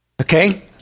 Okay